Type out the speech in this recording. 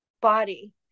body